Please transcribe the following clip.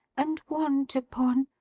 and want upon,